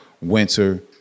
winter